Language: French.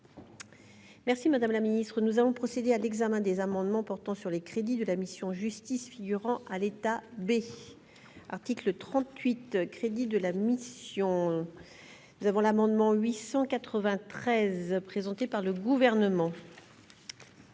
Merci madame la ministre, nous avons procédé à l'examen des amendements portant sur les crédits de la mission Justice figurant à l'état B article 38 crédits de la mission, nous avons l'amendement 893 présenté par le gouvernement.